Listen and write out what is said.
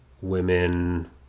women